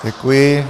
Děkuji.